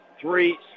Three